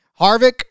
Harvick